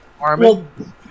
Armin